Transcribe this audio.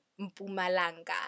Mpumalanga